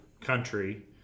country